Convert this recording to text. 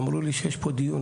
אמרו לי שיש פה דיון